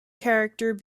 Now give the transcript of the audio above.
character